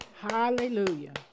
Hallelujah